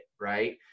Right